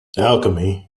alchemy